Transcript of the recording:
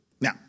Now